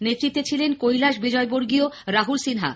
নেতৃত্বে ছিলেন কৈলাশ বিজয়বর্গীয় রাহুল সিনহা